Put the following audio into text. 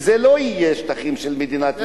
וזה לא יהיה שטחים של מדינת ישראל,